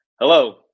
Hello